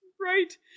Right